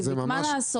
מה לעשות?